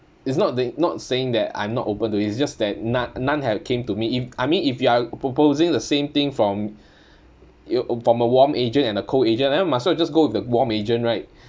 it's not that not saying that I'm not open to it it's just that none none have came to me if I mean if you are proposing the same thing from you from a warm agent and a cold agent I might as well just go with the warm agent right